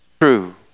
true